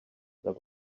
that